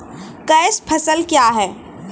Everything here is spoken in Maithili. कैश फसल क्या हैं?